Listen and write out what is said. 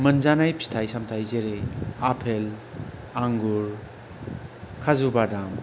मोनजानाय फिथाइ सामथाय जेरै आपेल आंगुर खाजु बादाम